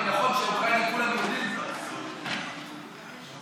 הוא אמר לי: